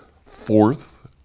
fourth